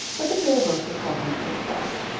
but the fair rosa called him to her side.